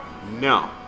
No